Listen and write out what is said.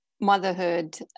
Motherhood